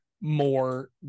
more